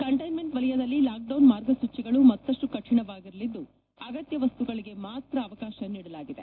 containment ವಲಯದಲ್ಲಿ lockdown ಮಾರ್ಗಸೂಚಿಗಳು ಮತ್ತಷ್ಟು ಕಠಿಣವಾಗಿರಲಿದ್ದು ಅಗತ್ಯ ವಸ್ತುಗಳಿಗೆ ಮಾತ್ರ ಅವಕಾಶ ನೀಡಲಾಗಿದೆ